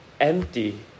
empty